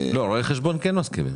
לא, רואי החשבון כן מסכימים.